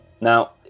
Now